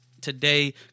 today